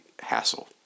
hassle